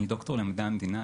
אני דוקטור למדעי המדינה,